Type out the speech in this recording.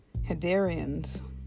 Hadarians